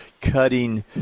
cutting